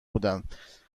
بودند